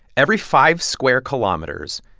every five square kilometers,